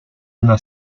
una